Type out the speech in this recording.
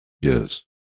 yes